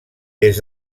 des